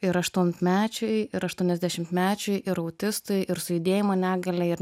ir aštuonmečiui ir aštuoniasdešimtmečiui ir autistui ir su judėjimo negalia ir